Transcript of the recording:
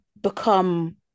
become